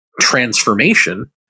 transformation